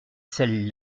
celle